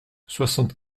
soixante